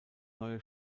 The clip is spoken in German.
neue